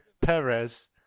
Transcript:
Perez